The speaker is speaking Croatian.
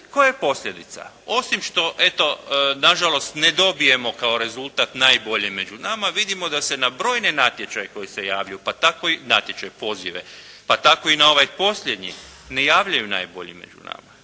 Koja je posljedica? Osim što eto na žalost ne dobijemo kao rezultat najbolje među nama, vidimo da se na brojne natječaje koji se javio, pozive, pa tako i na ovaj posljednji, ne javljaju najbolji među nama.